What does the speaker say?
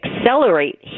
accelerate